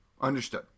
Understood